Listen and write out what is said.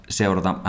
seurata